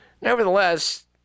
Nevertheless